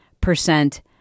percent